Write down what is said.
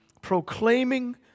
proclaiming